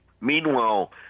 Meanwhile